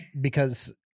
because-